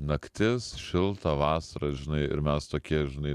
naktis šilta vasara žinai ir mes tokie žinai